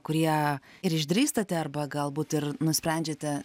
kurie ir išdrįstate arba galbūt ir nusprendžiate